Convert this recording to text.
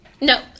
No